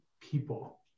people